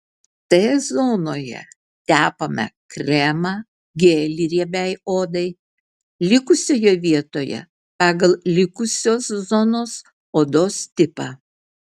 t zonoje tepame kremą gelį riebiai odai likusioje vietoje pagal likusios zonos odos tipą